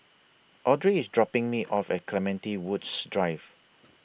Audry IS dropping Me off At Clementi Woods Drive